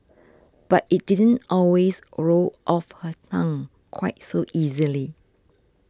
but it didn't always roll off her tongue quite so easily